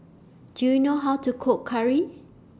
Do YOU know How to Cook Curry